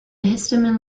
histamine